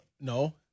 no